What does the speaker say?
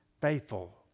faithful